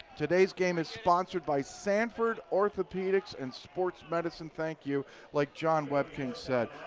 today's game is sponsored by sanford orthopedics and sports medicine thank you like jon wepking said.